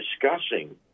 discussing